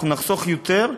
נחסוך יותר,